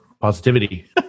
positivity